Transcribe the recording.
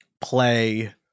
play